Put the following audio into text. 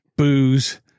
booze